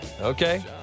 Okay